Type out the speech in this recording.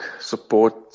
support